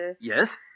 Yes